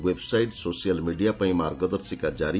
website social media ପାଇଁ ମାର୍ଗଦର୍ଶିକା ଜାରି